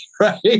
Right